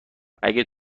اگه